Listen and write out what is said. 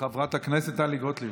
חברת הכנסת טלי גוטליב,